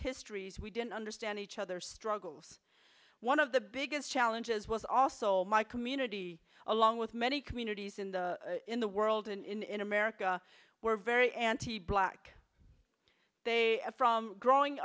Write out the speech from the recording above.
histories we didn't understand each other struggles one of the biggest challenges was also my community along with many communities in the in the world in in in america were very anti black they from growing